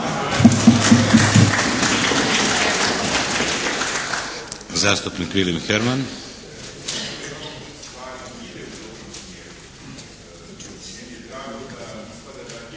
Zastupnik Vilim Herman.